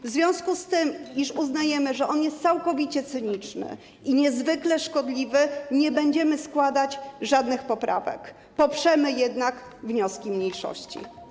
W związku z tym, iż uznajemy, że on jest całkowicie cyniczny i niezwykle szkodliwy, nie będziemy składać żadnych poprawek, poprzemy jednak wnioski mniejszości.